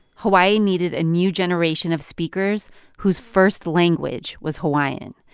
hawaii needed a new generation of speakers whose first language was hawaiian.